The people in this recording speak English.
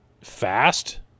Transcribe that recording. fast